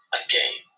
again